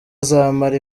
azamara